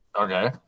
Okay